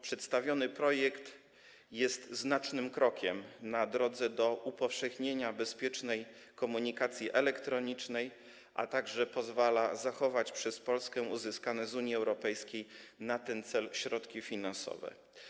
Przedstawiony projekt jest znacznym krokiem na drodze do upowszechnienia bezpiecznej komunikacji elektronicznej, a także pozwala Polsce zachować uzyskane z Unii Europejskiej na ten cel środki finansowe.